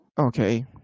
Okay